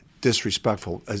disrespectful